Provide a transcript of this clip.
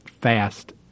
fast